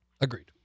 Agreed